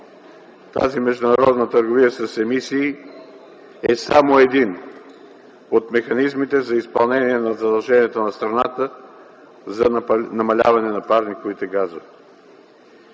Тази международна търговия с емисии е само един от механизмите за изпълнение на задълженията на страната за намаляване на парниковите газове.